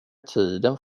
tiden